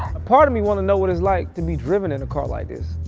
a part of me wants to know what it's like to be driven in a car like this.